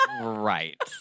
Right